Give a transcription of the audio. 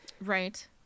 Right